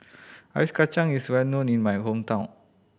ice kacang is well known in my hometown